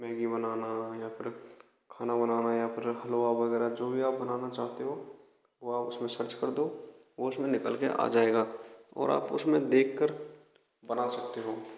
Maggi बनाना या फिर खाना बनाना या फिर हलवा वगैरह जो भी आप बनाना चाहते हो वह उसमें सर्च कर दो वो उसमे निकल कर आ जाएगा और आप उसमें देख कर बना सकती हो